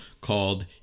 called